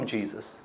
Jesus